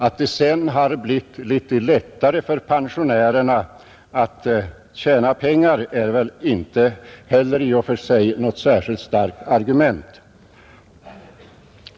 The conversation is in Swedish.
Att det sedan blivit litet lättare för pensionärerna att tjäna pengar är väl inte heller i och för sig något starkt argument.